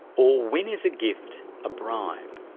or when is a gift a bribe?